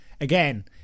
again